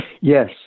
yes